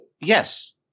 Yes